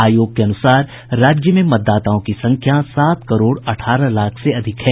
आयोग के अनुसार राज्य में मतदाताओं की संख्या सात करोड़ अठारह लाख से अधिक है